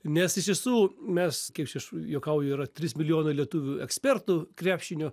nes iš tiesų mes kaip čia aš juokauju yra trys milijonai lietuvių ekspertų krepšinio